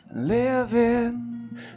living